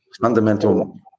fundamental